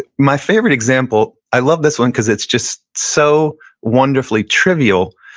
my favorite example, i love this one cause it's just so wonderfully trivial.